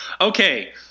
Okay